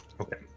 Okay